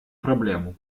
проблему